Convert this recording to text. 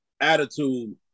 attitude